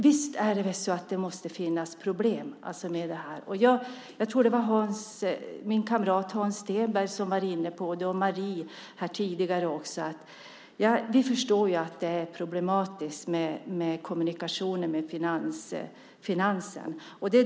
Visst måste det väl finnas problem med detta! Jag tror att det var mina kamrater Hans Stenberg och Marie som var inne på detta tidigare. Vi förstår ju att det är problematiskt med kommunikationen med Finansen.